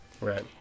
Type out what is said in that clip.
Right